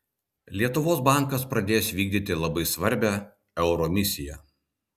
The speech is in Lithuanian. lietuvos bankas pradės vykdyti labai svarbią euro misiją